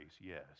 yes